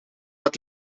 dat